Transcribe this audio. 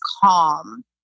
calm